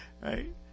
Right